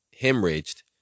hemorrhaged